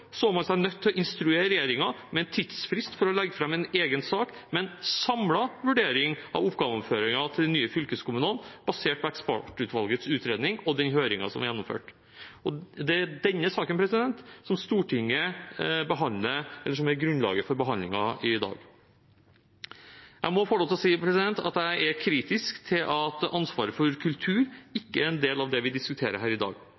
så man seg nødt til å instruere regjeringen, med en tidsfrist, om å legge fram en egen sak med en samlet vurdering av oppgaveoverføringer til de nye fylkeskommunene, basert på ekspertutvalgets utredning og den høringen som var gjennomført. Det er denne saken som er grunnlaget for behandlingen i dag. Jeg må få lov til å si at jeg er kritisk til at ansvaret for kultur ikke er en del av det vi diskuterer her i dag.